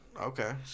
Okay